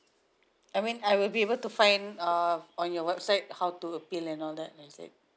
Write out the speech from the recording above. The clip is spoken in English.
I mean I will be able to find uh on your website how to appeal and all that I said